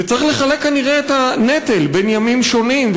וצריך לחלק כנראה את הנטל בין ימים שונים,